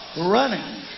running